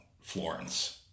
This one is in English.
Florence